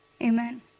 Amen